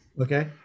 Okay